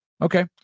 okay